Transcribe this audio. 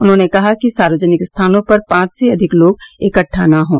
उन्होंने कहा कि सार्वजनिक स्थानों पर पांच से अधिक लोग इकट्ठा न हों